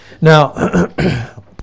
Now